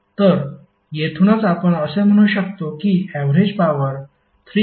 तर येथूनच आपण असे म्हणू शकतो की ऍवरेज पॉवर 344